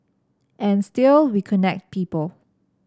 and still we connect people